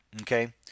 Okay